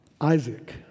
Isaac